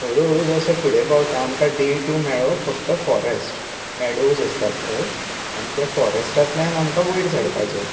हळू हळू जशे फुडें पावता आमकां डे टू मेळ्ळो फाॅरेस्ट मेडोवज आसता थंय आनी त्या फाॅरेस्टांतल्यान आमकां वयर चडपाचें